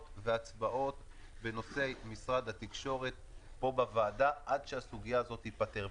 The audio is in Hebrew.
והצבעות בנושאי משרד התקשורת פה בוועדה עד שהסוגיה הזאת תיפתר.